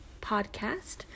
podcast